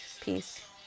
Peace